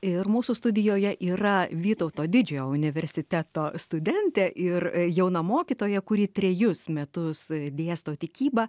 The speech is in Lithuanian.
ir mūsų studijoje yra vytauto didžiojo universiteto studentė ir jauna mokytoja kuri trejus metus dėsto tikybą